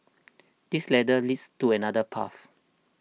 this ladder leads to another path